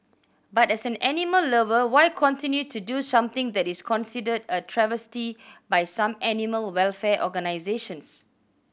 but as an animal lover why continue to do something that is considered a travesty by some animal welfare organisations